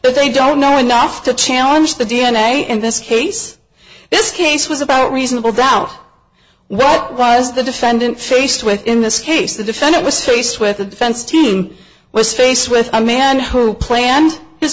that they don't know enough to challenge the d n a in this case this case was about reasonable doubt what was the defendant faced with in this case the defendant was faced with a defense team was faced with a man who planned his